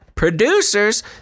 producers